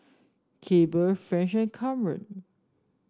Clabe French and Kamren